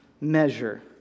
measure